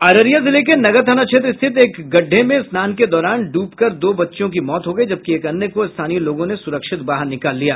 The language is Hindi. अररिया जिले के नगर थाना क्षेत्र स्थित एक गड्ढे में स्नान के दौरान डूबकर दो बच्चियों की मौत हो गयी जबकि एक अन्य को स्थानीय लोगों ने सुरक्षित बाहर निकाल लिया